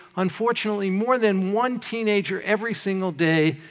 unfortunately, more than one teenager, every single day,